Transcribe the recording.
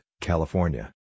California